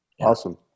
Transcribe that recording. awesome